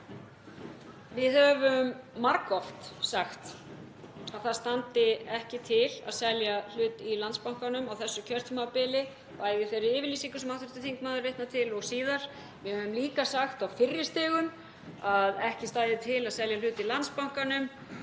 Við höfum margoft sagt að það standi ekki til að selja hlut í Landsbankanum á þessu kjörtímabili, bæði í þeirri yfirlýsingu sem hv. þingmaður vitnar til og síðar. Við höfum líka sagt á fyrri stigum að ekki stæði til að selja hlut í Landsbankanum